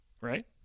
right